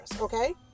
okay